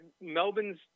Melbourne's